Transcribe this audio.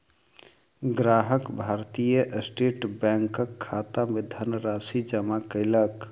ग्राहक भारतीय स्टेट बैंकक खाता मे धनराशि जमा कयलक